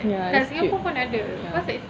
ya at scape ya